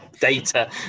data